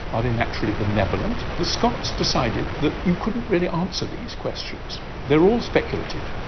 are they naturally benevolent? the scots decided that you couldn't really answer these questions. they're all speculative.